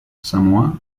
samoa